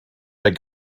der